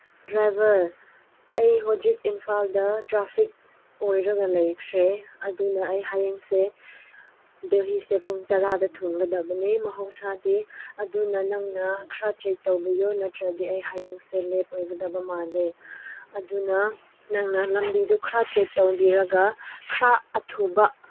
driver ꯑꯩ ꯍꯧꯖꯤꯛ ꯏꯝꯐꯥꯜꯗ ꯇ꯭ꯔꯥꯐꯤꯛ ꯑꯣꯏꯔꯒ ꯂꯩꯈ꯭ꯔꯦ ꯑꯗꯨꯅ ꯑꯩ ꯍꯌꯦꯡꯁꯦ ꯗꯦꯜꯍꯤꯁꯦ ꯄꯨꯡ ꯇꯔꯥꯗ ꯊꯨꯡꯒꯗꯕꯅꯤ ꯃꯍꯧꯁꯥꯗꯤ ꯑꯗꯨꯅ ꯅꯪꯅ ꯈꯔ ꯆꯦꯛ ꯇꯧꯕꯤꯌꯨ ꯅꯠꯇ꯭ꯔꯗꯤ ꯑꯩ ꯍꯌꯦꯡꯁꯦ ꯂꯦꯠ ꯑꯣꯏꯒꯗꯕ ꯃꯥꯜꯂꯦ ꯑꯗꯨꯅ ꯅꯪꯅ ꯂꯝꯕꯤꯗꯨ ꯈꯔ ꯆꯦꯛ ꯇꯧꯕꯤꯔꯒ ꯈꯔ ꯑꯊꯨꯕ